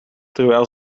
terwijl